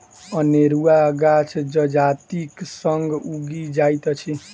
अनेरुआ गाछ जजातिक संग उगि जाइत अछि